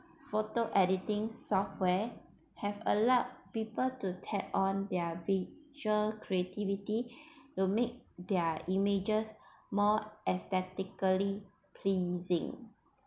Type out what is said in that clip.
video photo editing software have allowed people to tap on their visual creativity will make their images more aesthetically pleasing